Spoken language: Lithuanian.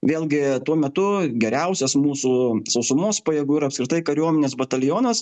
vėlgi tuo metu geriausias mūsų sausumos pajėgų ir apskritai kariuomenės batalionas